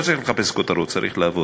לא צריך לחפש כותרות, צריך לעבוד.